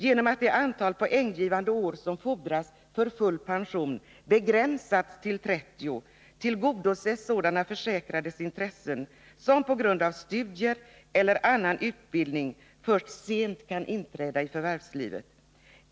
Genom att det antal poänggivande år, som fordras för full pension, begränsats till 30 år tillgodoses sådana försäkrades intressen, som på grund av studier eller annan utbildning först sent kan inträda i förvärvslivet.